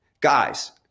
guys